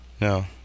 No